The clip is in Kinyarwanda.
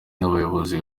n’abayobozi